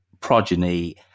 progeny